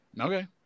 Okay